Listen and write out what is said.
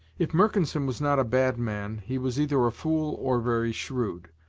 if mercanson was not a bad man, he was either a fool or very shrewd,